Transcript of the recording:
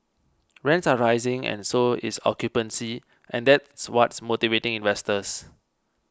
rents are rising and so is occupancy and that's what's motivating investors